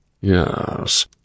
Yes